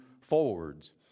forwards